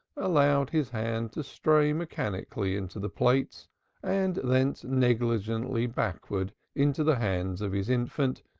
allowed his hand to stray mechanically into the plates and thence negligently backwards into the hand of his infant,